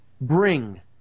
bring